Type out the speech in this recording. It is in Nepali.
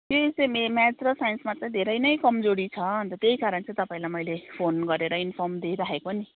त्यही चाहिँ मेन म्याथ र साइन्समा चाहिँ धेरै नै कमजोरी छ अन्त त्यही कारण चाहिँ तपाईँलाई मैले फोन गरेर इन्फर्म दिइराखेको नि